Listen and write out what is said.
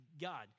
God